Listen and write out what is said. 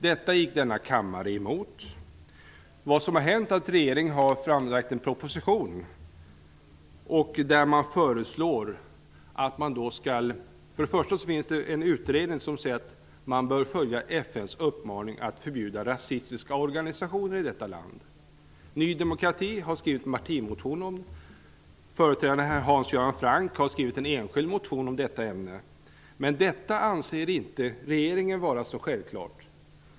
Detta förslag gick denna kammare emot. Det finns en utredning som säger att man bör följa FN:s uppmaning att förbjuda rasistiska organisationer i detta land. Ny demokrati har skrivit en partimotion om det, och ett annat partis företrädare, Hans Göran Franck, har skrivit en enskild motion i detta ämne. Men detta anser inte regeringen vara så självklart.